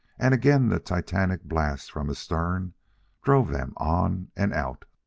and again the titanic blast from astern drove them on and out.